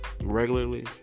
regularly